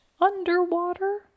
underwater